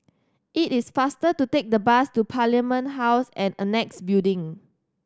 it is faster to take the bus to Parliament House and Annexe Building